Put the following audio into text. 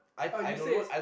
oh you say is